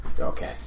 okay